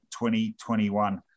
2021